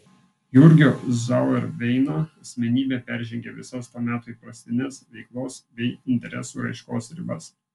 jurgio zauerveino asmenybė peržengė visas to meto įprastines veiklos bei interesų raiškos ribas